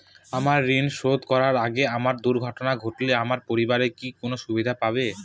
আমার ঋণ শোধ করার আগে আমার দুর্ঘটনা ঘটলে আমার পরিবার কি কোনো সুবিধে পাবে?